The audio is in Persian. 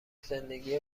زندگی